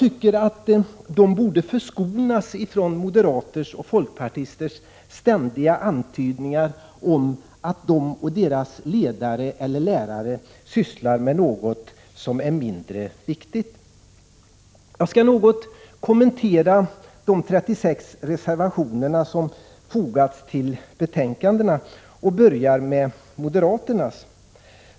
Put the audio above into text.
De borde förskonas från moderaternas och folkpartisternas ständiga antydningar om att de och deras ledare eller lärare sysslar med något som är mindre viktigt. Jag skall något kommentera de 36 reservationer som har fogats till betänkandena. Jag skall börja med moderaternas.